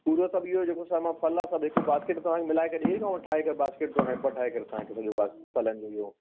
पूरो सभु इहो जेको स फ़ल आहे हिक बास्केट तव्हांखे मिलाए करे ॾई रखांव ठाहे करे बास्केट जो हैंपर ठाहे करे तव्हांखे सॼो बास्केट फ़लनि जो इहो